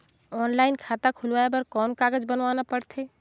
Online खाता खुलवाय बर कौन कागज बनवाना पड़थे?